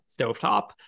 stovetop